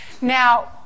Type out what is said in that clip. Now